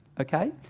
okay